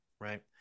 right